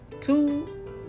two